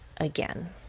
again